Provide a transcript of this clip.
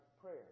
prayer